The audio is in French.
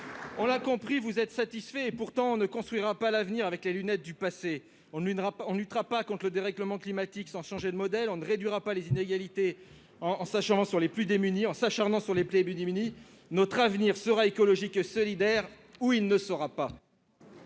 ministre, vous êtes satisfait ! Pourtant, on ne construira pas l'avenir avec les lunettes du passé ; on ne luttera pas contre le dérèglement climatique sans changer de modèle ; on ne réduira pas les inégalités en s'acharnant sur les plus démunis. Notre avenir sera écologique et solidaire ou ne sera pas